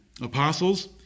apostles